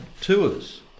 tours